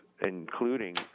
including